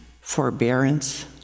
forbearance